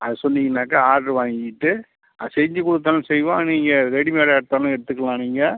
அதை சொன்னீங்கன்னாக்கா ஆட்ரு வாங்கிட்டு அதை செஞ்சுக் கொடுத்தாலும் செய்வோம் நீங்கள் ரெடிமேடாக எடுத்தாலும் எடுத்துக்கலாம் நீங்கள்